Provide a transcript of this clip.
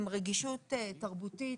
עם רגישות תרבותית,